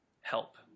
help